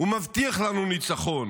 ומבטיח לנו ניצחון.